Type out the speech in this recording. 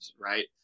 right